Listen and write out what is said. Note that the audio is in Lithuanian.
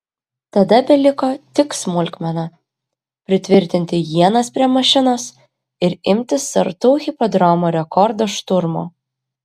tada beliko tik smulkmena pritvirtinti ienas prie mašinos ir imtis sartų hipodromo rekordo šturmo